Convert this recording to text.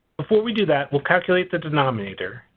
before we do that we'll calculate the denominator.